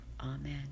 Amen